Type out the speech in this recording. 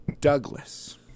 Douglas